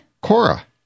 cora